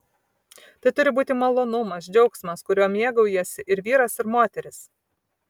tai turi būti malonumas džiaugsmas kuriuo mėgaujasi ir vyras ir moteris